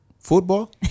Football